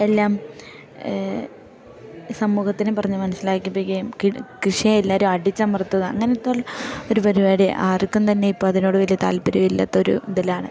എല്ലാം സമൂഹത്തിനെ പറഞ്ഞ് മനസ്സിലാക്കിപ്പിക്കുകയും കൃഷിയെ എല്ലാവരും അടിച്ചമർത്തുക അങ്ങനത്തുള്ള ഒരു പരിപാടി ആർക്കും തന്നെ ഇപ്പം അതിനോട് വലിയ താല്പര്യമില്ലാത്തൊരു ഇതിലാണ്